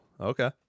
Okay